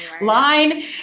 line